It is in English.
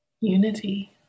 unity